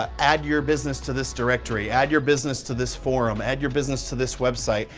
ah add your business to this directory, add your business to this forum, add your business to this website,